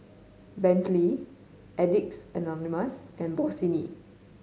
Bentley Addicts Anonymous and Bossini